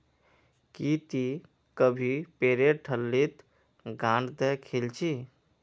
की टी कभी पेरेर ठल्लीत गांठ द खिल छि